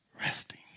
resting